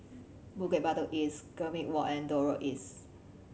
Bukit Batok East Gambir Walk and Dock Road East